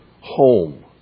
home